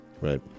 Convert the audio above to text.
Right